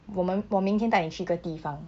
我们我明天带你去一个地方